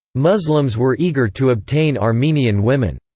muslims were eager to obtain armenian women.